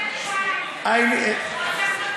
למה צריך לחכות שבועיים?